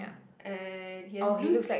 and he has blue